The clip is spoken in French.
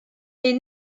est